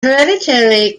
hereditary